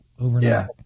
overnight